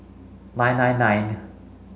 nine nine nine